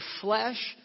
flesh